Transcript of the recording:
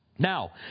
Now